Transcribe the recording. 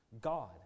God